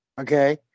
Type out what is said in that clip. Okay